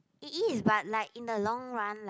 it is but in the long run like